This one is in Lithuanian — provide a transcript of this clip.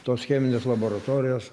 tos cheminės laboratorijos